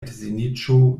edziniĝo